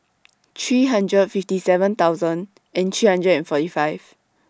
three hundred fifty seven thousand three hundred and forty five